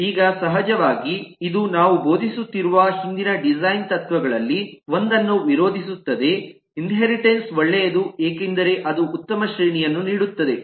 ಈಗ ಸಹಜವಾಗಿ ಇದು ನಾವು ಬೋಧಿಸುತ್ತಿರುವ ಹಿಂದಿನ ಡಿಸೈನ್ ತತ್ವಗಳಲ್ಲಿ ಒಂದನ್ನು ವಿರೋಧಿಸುತ್ತದೆ ಇನ್ಹೇರಿಟೆನ್ಸ್ ಒಳ್ಳೆಯದು ಏಕೆಂದರೆ ಅದು ಉತ್ತಮ ಶ್ರೇಣಿಯನ್ನು ನೀಡುತ್ತದೆ